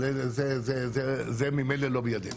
אבל זה ממילא לא בידינו.